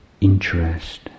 interest